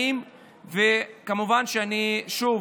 כמובן, אני שוב